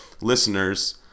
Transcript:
listeners